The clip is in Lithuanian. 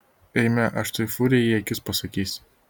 eime aš tai furijai į akis pasakysiu